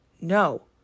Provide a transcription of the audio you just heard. no